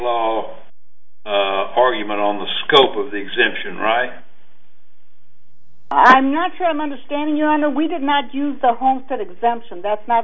law argument on the scope of the exemption i'm not sure i'm understanding you i know we did not use the homestead exemption that's not